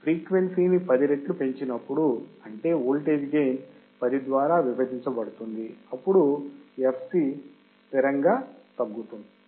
కాబట్టి ఫ్రీక్వెన్సీని పది రెట్లు పెంచినప్పుడు అంటే వోల్టేజ్ గెయిన్ 10 ద్వారా విభజించబడింది అప్పుడు fc స్థిరంగా తగ్గుతుంది